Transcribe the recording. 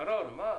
ד"ר שרון, מה?